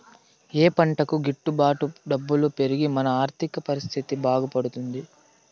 ఏ పంటకు గిట్టు బాటు డబ్బులు పెరిగి మన ఆర్థిక పరిస్థితి బాగుపడుతుంది?